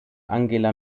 angela